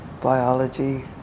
biology